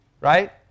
right